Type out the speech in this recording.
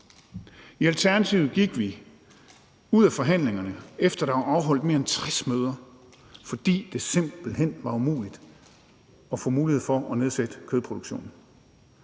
I Alternativet gik vi ud af forhandlingerne, efter der var afholdt mere end 60 møder, fordi det simpelt hen var umuligt at få mulighed for at nedsætte kødproduktionen.